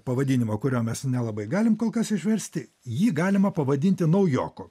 pavadinimo kurio mes nelabai galim kol kas išversti jį galima pavadinti naujoku